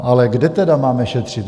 Ale kde tedy máme šetřit?